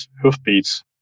hoofbeats